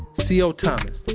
c o. thomas,